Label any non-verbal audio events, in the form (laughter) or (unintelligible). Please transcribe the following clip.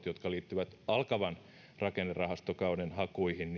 (unintelligible) jotka liittyvät alkavan rakennerahastokauden hakuihin (unintelligible)